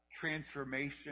transformation